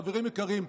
חברים יקרים,